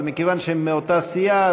אבל מכיוון שהם מאותה סיעה,